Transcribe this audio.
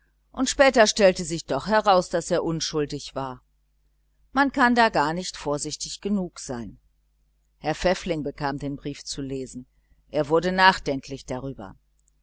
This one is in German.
und später stellte sich doch heraus daß er unschuldig war man kann da gar nicht vorsichtig genug sein herr pfäffling bekam den brief zu lesen er wurde nachdenklich darüber